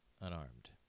unarmed